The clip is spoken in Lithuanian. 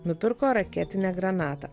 nupirko raketinę granatą